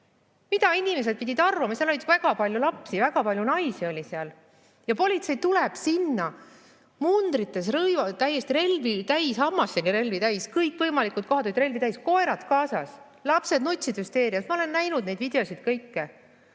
Mida inimesed pidid arvama? Seal oli väga palju lapsi, väga palju naisi oli. Politsei tuleb sinna mundrites, täiesti relvi täis, hammasteni relvi täis, kõikvõimalikud kohad olid relvi täis, koerad kaasas. Lapsed nutsid hüsteerias. Ma olen näinud neid videosid kõiki.